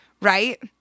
Right